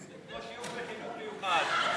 זה כמו שיעור בחינוך מיוחד.